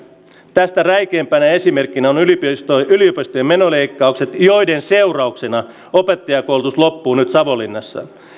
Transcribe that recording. tästä räikeimpänä esimerkkinä ovat yliopistojen menoleikkaukset joiden seurauksena opettajankoulutus loppuu nyt savonlinnassa